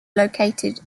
located